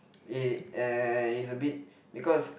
it it uh is a bit because